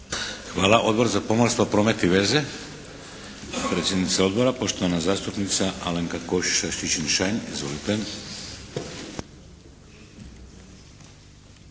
Hvala. Odbor za pomorstvo, promet i veze, predsjednica Odbora poštovana zastupnica Alenka Košiša Čičin-Šain. Izvolite.